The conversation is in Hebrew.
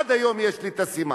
עד היום יש לי הסימן.